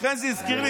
לכן זה הזכיר לי